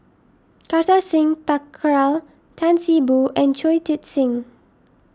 Kartar Singh Thakral Tan See Boo and Shui Tit Sing